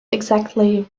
exactly